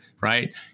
right